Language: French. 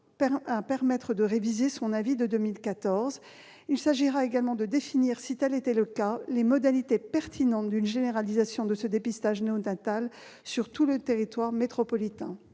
à une révision de son avis de 2014. Il s'agira également de définir, si tel était le cas, les modalités pertinentes d'une généralisation de ce dépistage néonatal sur tout le territoire métropolitain.